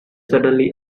suddenly